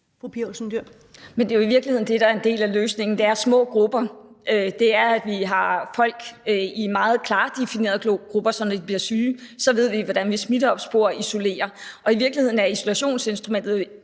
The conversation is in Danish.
Men det er jo i virkeligheden det, der er en del af løsningen. Det er små grupper, og det er, at vi har folk i meget klart definerede grupper, så når de bliver syge, ved vi, hvordan vi smitteopsporer og isolerer. Og isolationsinstrumentet